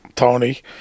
Tony